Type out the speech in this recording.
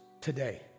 today